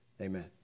Amen